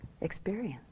experience